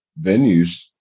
venues